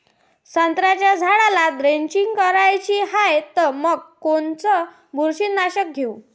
संत्र्याच्या झाडाला द्रेंचींग करायची हाये तर मग कोनच बुरशीनाशक घेऊ?